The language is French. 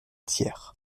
tiers